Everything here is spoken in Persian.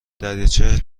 دریاچه